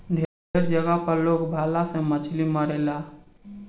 ढेरे जगह पर लोग भाला से मछली मारेला